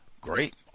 Great